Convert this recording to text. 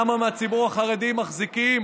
כמה מהציבור החרדי מחזיקים